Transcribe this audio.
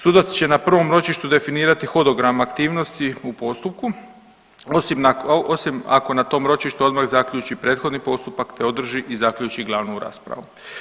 Sudac će na prvom ročištu definirati hodogram aktivnosti u postupku osim ako na tom ročištu odmah zaključi prethodni postupak, te održi i zaključi glavnu raspravu.